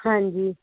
ਹਾਂਜੀ